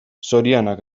zorionak